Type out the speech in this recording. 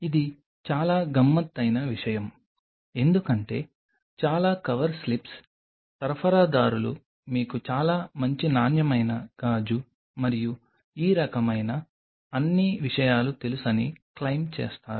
ఇది చాలా గమ్మత్తైన విషయం ఎందుకంటే చాలా కవర్ స్లిప్స్ సరఫరాదారులు మీకు చాలా మంచి నాణ్యమైన గాజు మరియు ఈ రకమైన అన్ని విషయాలు తెలుసని క్లెయిమ్ చేస్తారు